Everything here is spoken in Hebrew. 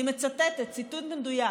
אני מצטטת ציטוט מדויק.